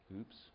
Oops